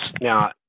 now